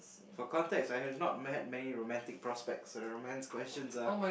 for context I have not met many romantic prospects so the romance questions are